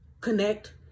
connect